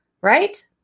Right